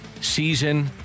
season